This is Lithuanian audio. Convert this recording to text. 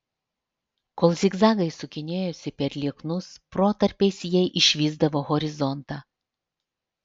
kol zigzagais sukinėjosi per lieknus protarpiais jie išvysdavo horizontą